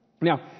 Now